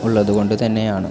ഉള്ളതു കൊണ്ടു തന്നെയാണ്